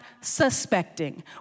suspecting